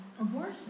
abortion